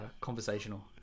conversational